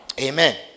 Amen